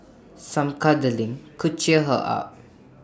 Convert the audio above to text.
some cuddling could cheer her up